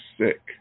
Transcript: sick